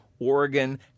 Oregon